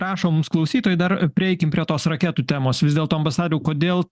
rašo mums klausytojai dar prieikim prie tos raketų temos vis dėlto ambasadoriau kodėl